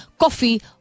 Coffee